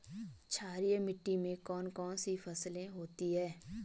क्षारीय मिट्टी में कौन कौन सी फसलें होती हैं?